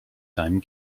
seinem